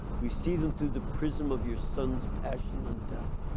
we see them through the prism of your son's passion and death.